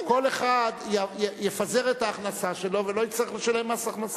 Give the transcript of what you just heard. כל אחד יפזר את ההכנסה שלו ולא יצטרך לשלם מס הכנסה.